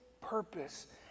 purpose